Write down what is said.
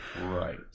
Right